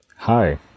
Hi